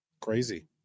Crazy